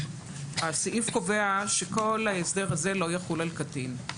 הסעיף קובע שכל ההסדר הזה לא יחול על קטין.